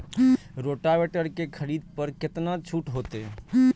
Rotavator के खरीद पर केतना छूट होते?